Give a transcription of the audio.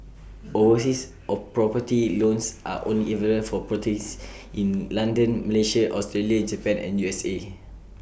overseas all property loans are only available for in London Malaysia Australia Japan and U S A